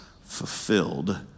fulfilled